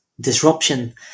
disruption